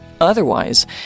Otherwise